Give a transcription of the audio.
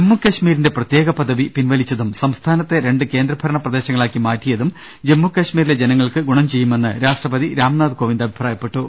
ജമ്മു കശ്മീരിന്റെ പ്രത്യേക പദവി പിൻവലിച്ചതും സംസ്ഥാ നത്തെ രണ്ട് കേന്ദ്രഭരണ പ്രദേശങ്ങളാക്കി മാറ്റിയതും ജമ്മു കശ്മീരിലെ ജനങ്ങൾക്ക് ഗുണം ചെയ്യുമെന്നും രാഷ്ട്രപതി രാംനാഥ് കോവിന്ദ് അഭിപ്രായപ്പെട്ടു